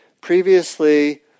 previously